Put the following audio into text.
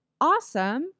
awesome